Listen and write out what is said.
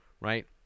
right